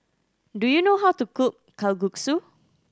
do you know how to cook Kalguksu